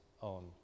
on